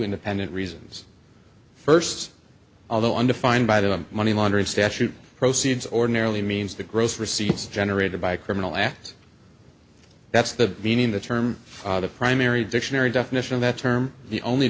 independent reasons first although undefined by the money laundering statute proceeds ordinarily means the gross receipts generated by a criminal act that's the meaning of the term the primary dictionary definition of that term the only